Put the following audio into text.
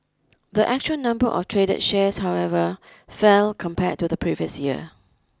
the actual number of traded shares however fell compared to the previous year